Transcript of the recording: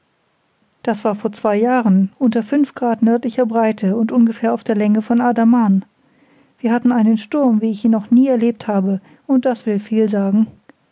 das war vor zwei jahren unter fünf grad nördlicher breite und ungefähr auf der länge von adaman wir hatten einen sturm wie ich ihn noch nie erlebt habe und das will viel sagen